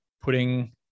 putting